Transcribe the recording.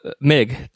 Mig